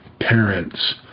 parents